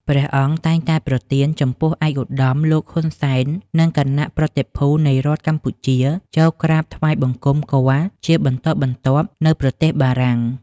ព្រះអង្គតែងតែប្រទានចំពោះឯកឧត្តម លោក ហ៊ុន សែន និងគណៈប្រតិភូនៃរដ្ឋកម្ពុជាចូលក្រាបថ្វាយបង្គំគាល់ជាបន្តបន្ទាប់នៅ ប្រទេសបារំាង។